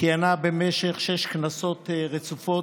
כיהנה במשך שש כנסות רצופות,